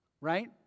Right